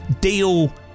deal